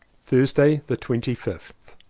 thursday the twenty fifth.